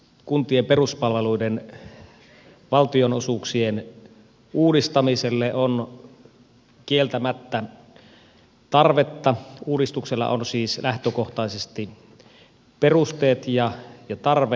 kuntien peruspalveluiden valtionosuuksien uudistamiselle on kieltämättä tarvetta uudistuksella on siis lähtökohtaisesti perusteet ja tarve